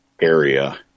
area